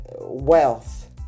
wealth